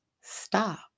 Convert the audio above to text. stop